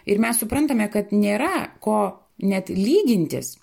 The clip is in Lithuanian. ir mes suprantame kad nėra ko net lygintis